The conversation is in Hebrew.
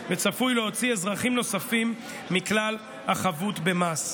וצפוי להוציא אזרחים נוספים מכלל החבות במס.